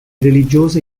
religiose